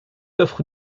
offre